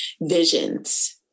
visions